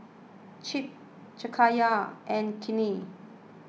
Chip Jakayla and Kinley